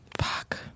Fuck